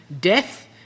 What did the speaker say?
death